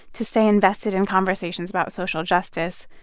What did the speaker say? to stay invested in conversations about social justice,